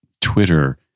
Twitter